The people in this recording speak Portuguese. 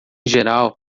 geral